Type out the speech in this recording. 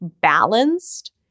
balanced